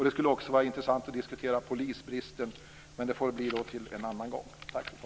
Det skulle också vara intressant att diskutera polisbristen, men det får bli en annan gång.